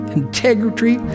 integrity